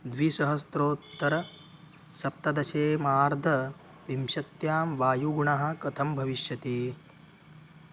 द्विसहस्रोत्तरसप्तदशे मार्दविंशत्यां वायुगुणः कथं भविष्यति